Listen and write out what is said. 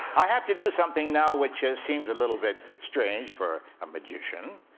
i have to do something now, which seems a little bit strange for a magician.